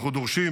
אנחנו דורשים